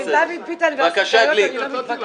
לא, עם דוד ביטן והסוכריות אני לא מתווכחת.